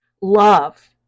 Love